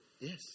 yes